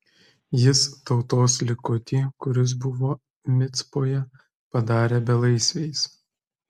jis tautos likutį kuris buvo micpoje padarė belaisviais